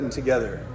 together